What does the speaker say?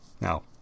Now